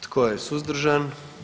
Tko je suzdržan?